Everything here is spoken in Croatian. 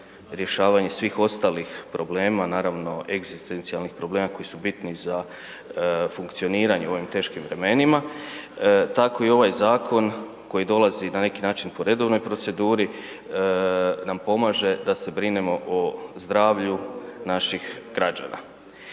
rješavanje svih ostalih problema, naravno, egzistencijalnih problema koji su bitni za funkcioniranje u ovim teškim vremenima, tako i ovaj zakon koji dolazi na neki način, po redovnoj proceduri, nam pomaže da se brinemo o zdravlju naših građana.